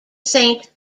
saint